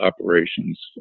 operations